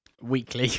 weekly